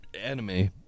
anime